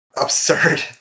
absurd